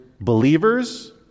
believers